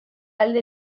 alde